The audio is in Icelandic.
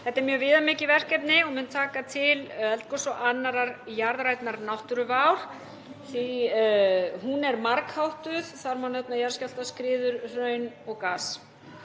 Þetta er mjög viðamikið verkefni og mun taka til eldgosa og annarrar jarðrænnar náttúruvár, því að hún er margháttuð. Þar má nefna jarðskjálfta, skriður, hraun og gas.